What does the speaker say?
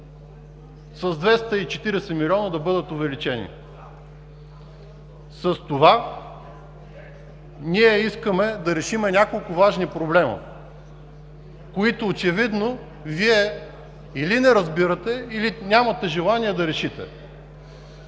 с 240 млн. лв. С това искаме да решим няколко важни проблема, които очевидно Вие или не разбирате, или нямате желание да решите,